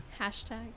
Hashtag